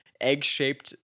egg-shaped